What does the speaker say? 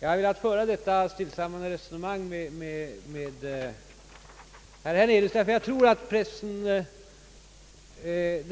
Jag har velat föra detta stillsamma resonemang med herr Hernelius, ty detta